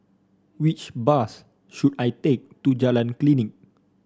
which bus should I take to Jalan Klinik